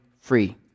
free